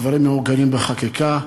הדברים מעוגנים בחקיקה.